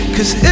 Cause